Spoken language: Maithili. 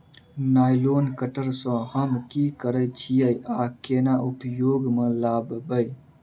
नाइलोन कटर सँ हम की करै छीयै आ केना उपयोग म लाबबै?